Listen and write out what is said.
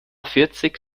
vierzig